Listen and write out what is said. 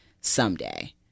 someday